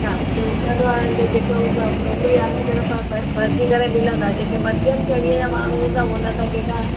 छा दुकान वारनि खे जेके हूंदा नौकिरी वारनि खे त भरजी करे मिलंदा जेके मध्यन श्रेणीअ जा माण्हू हूंदा उहे न त कंहिंखां